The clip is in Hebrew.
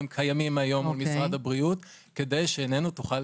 הם קיימים כיום במשרד הבריאות, כדי שעינינו תוכל